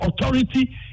Authority